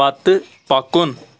پتہٕ پکُن